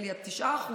נדמה לי שזה 9%,